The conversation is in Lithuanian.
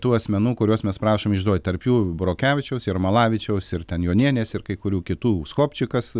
tų asmenų kuriuos mes prašom išduot tarp jų burokevičiaus jermalavičiaus ir ten jonienės ir kai kurių kitų uschopčikas